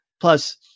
Plus